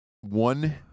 One